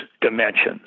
dimensions